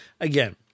again